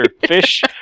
fish